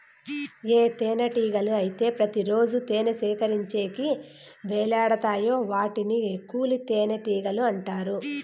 ఏ తేనెటీగలు అయితే ప్రతి రోజు తేనె సేకరించేకి వెలతాయో వాటిని కూలి తేనెటీగలు అంటారు